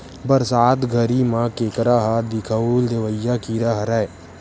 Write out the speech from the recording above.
बरसात घरी म केंकरा ह दिखउल देवइया कीरा हरय